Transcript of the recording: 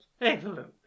Excellent